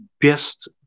best